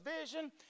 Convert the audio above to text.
vision